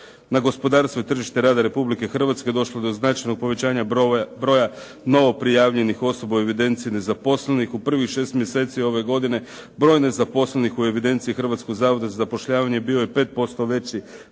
na gospodarstvo i tržište rada Republike Hrvatske došlo je do značajnog povećanja broja novoprijavljenih osoba u evidenciji nezaposlenih. U prvih 6 mjeseci ove godine broj nezaposlenih u evidenciji Hrvatskog zavoda za zapošljavanje bio je 5% veći